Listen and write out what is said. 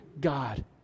God